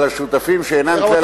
אבל השותפים שאינם כלליים,